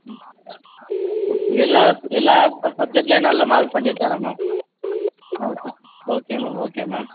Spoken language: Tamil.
ம் எல்லா எல்லா சப்ஜெக்ட்லேயுமே நல்ல மார்க் பண்ணியிருக்காரா ma'am okay okay ma'am okay ma'am